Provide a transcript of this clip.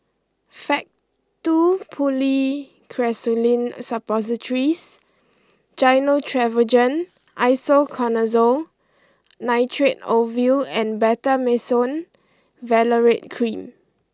Faktu Policresulen Suppositories Gyno Travogen Isoconazole Nitrate Ovule and Betamethasone Valerate Cream